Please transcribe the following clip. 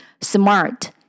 smart